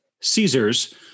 Caesars